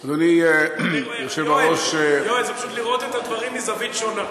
זה פשוט לראות את הדברים מזווית שונה.